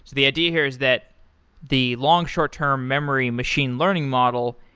the idea here is that the long short-term memory machine learning model,